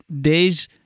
days